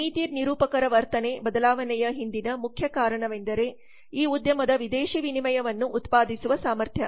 ನೀತಿ ನಿರೂಪಕರ ವರ್ತನೆ ಬದಲಾವಣೆಯ ಹಿಂದಿನ ಮುಖ್ಯ ಕಾರಣವೆಂದರೆ ಈ ಉದ್ಯಮದ ವಿದೇಶಿ ವಿನಿಮಯವನ್ನು ಉತ್ಪಾದಿಸುವ ಸಾಮರ್ಥ್ಯ